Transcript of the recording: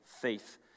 faith